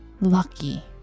lucky